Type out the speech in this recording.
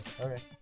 Okay